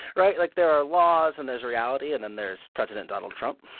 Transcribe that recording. right? like, there are laws. and there's reality. and then there's president donald trump.